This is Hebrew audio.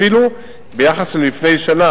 אפילו ביחס ללפני שנה,